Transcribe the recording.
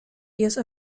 use